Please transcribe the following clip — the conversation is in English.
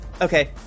okay